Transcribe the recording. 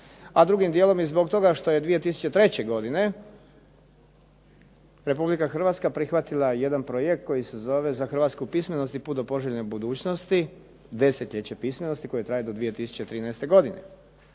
A drugim dijelom i zbog toga što je 2003. godine Republika Hrvatska prihvatila jedan projekt koji se zove "Za hrvatsku pismenost i put do poželjne budućnosti", desetljeće pismenosti koje traje do 2013. godine.